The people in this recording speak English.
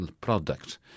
product